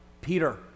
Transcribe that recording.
Peter